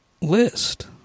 list